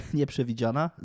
nieprzewidziana